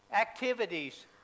activities